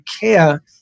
care